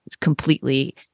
completely